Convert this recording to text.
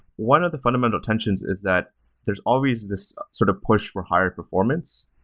one of the fundamental tensions is that there's always this sort of push for higher performance.